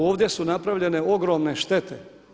Ovdje su napravljene ogromne štete.